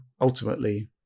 ultimately